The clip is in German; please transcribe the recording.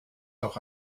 doch